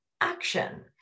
action